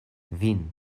vin